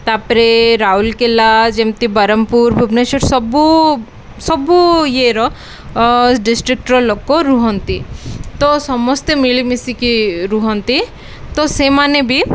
ତା'ପରେ ରାଉଲକଲା ଯେମିତି ବାରହମପୁର ଭୁବନେଶ୍ୱର ସବୁ ସବୁ ଇଏର ଡିଷ୍ଟ୍ରିକଟର ଲୋକ ରୁହନ୍ତି ତ ସମସ୍ତେ ମିଳିମିଶିକି ରୁହନ୍ତି ତ ସେମାନେ ବି